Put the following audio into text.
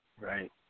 Right